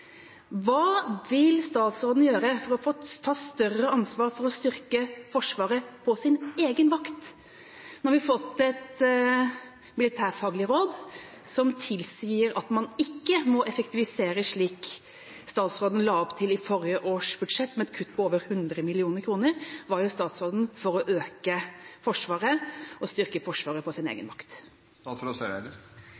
Hva vil statsråden gjøre for å ta større ansvar for å styrke Forsvaret på sin egen vakt? Nå har vi fått et fagmilitært råd som tilsier at man ikke må effektivisere slik statsråden la opp til i forrige års budsjett, med et kutt på over 100 mill. kr. Hva gjør statsråden for å øke Forsvaret og styrke Forsvaret på sin egen